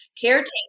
caretaking